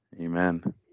Amen